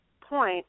point